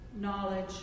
knowledge